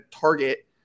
target